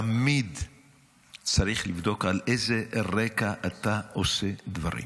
תמיד צריך לבדוק על איזה רקע אתה עושה דברים.